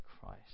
Christ